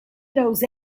knows